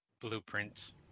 blueprints